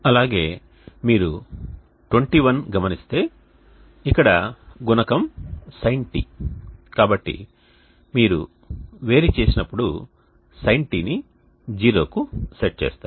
అలాగే మీరు 21 గమనిస్తే ఇక్కడ గుణకం sinτ కాబట్టి మీరు వేరు చేసినప్పుడు మీరు sinτ ని 0 కు సెట్ చేస్తారు